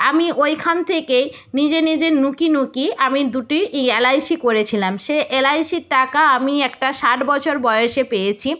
আমি ওইখান থেকে নিজে নিজের লুকিয়ে লুকিয়ে আমি দুটি এই এলআইসি করেছিলাম সে এলআইসির টাকা আমি একটা ষাট বছর বয়েসে পেয়েছি